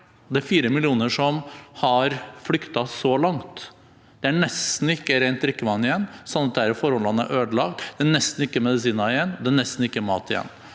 Det er fire millioner som har flyktet så langt. Det er nesten ikke rent drikkevann igjen, slik at der er forholdene ødelagt. Det er nesten ikke medisiner igjen, og det er nesten ikke mat igjen.